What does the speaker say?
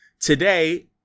today